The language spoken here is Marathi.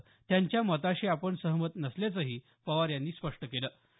मात्र त्यांच्या मताशी आपण सहमत नसल्याचही पवार यांनी स्पष्ट केलं